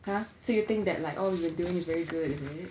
!huh! so you think that like all you're doing is very good is it